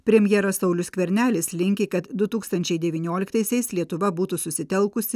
premjeras saulius skvernelis linki kad du tūkstančiai devynioliktaisiais lietuva būtų susitelkusi